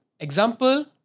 Example